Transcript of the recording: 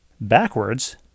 backwards